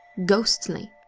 ghostly.